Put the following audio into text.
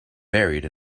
buried